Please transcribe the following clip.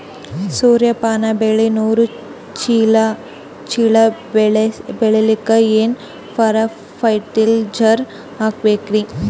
ಸೂರ್ಯಪಾನ ಬೆಳಿ ನೂರು ಚೀಳ ಬೆಳೆಲಿಕ ಏನ ಫರಟಿಲೈಜರ ಹಾಕಬೇಕು?